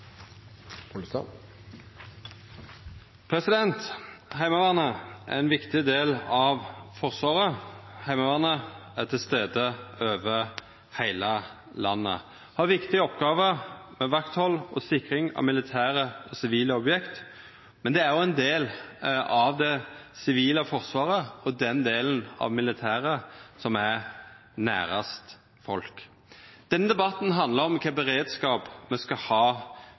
imot. Heimevernet er ein viktig del av Forsvaret. Heimevernet er til stades over heile landet. Det har ei viktig oppgåve med vakthald og sikring av militære og sivile objekt, men det er også ein del av det sivile Forsvaret og den delen av det militære som er nærast folk. Denne debatten handlar om kva slags beredskap me skal ha